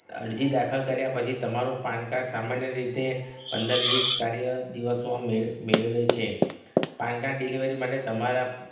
અરજી દાખલ કર્યા પછી તમારું પાન કાડ સામાન્ય રીતે પંદર વીસ કાર્ય દિવસોમાં મેળવે છે પાન કાડ ડિલેવરી માટે તમારા